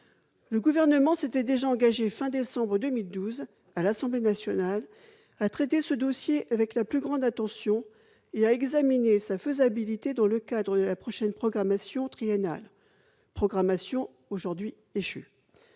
le Gouvernement s'était déjà engagé, fin décembre 2012, à traiter ce dossier avec la plus grande attention et à examiner sa faisabilité dans le cadre de la prochaine programmation triennale, programmation aujourd'hui échue